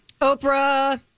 Oprah